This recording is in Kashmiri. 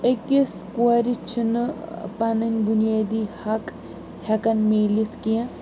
أکِس کورِ چھِنہٕ پَنٕنۍ بُنیٲدی حق ہٮ۪کان مِلتھ کینٛہہ